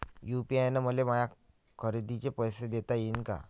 UPI न मले माया खरेदीचे पैसे देता येईन का?